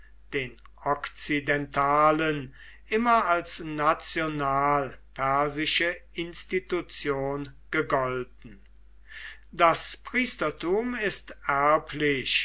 den okzidentalen immer als national persische institution gegolten das priestertum ist erblich